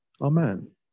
amen